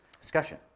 discussion